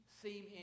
seem